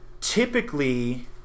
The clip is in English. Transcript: typically